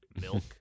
milk